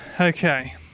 okay